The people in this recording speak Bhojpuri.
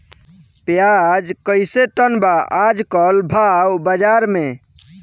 प्याज कइसे टन बा आज कल भाव बाज़ार मे?